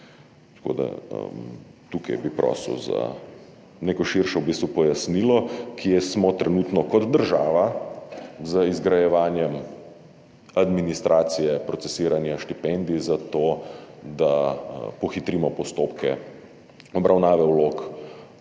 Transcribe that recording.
tukaj prosil za neko širše pojasnilo, kje smo trenutno kot država z izgrajevanjem administracije procesiranja štipendij zato, da pohitrimo postopke obravnave vlog,